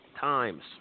times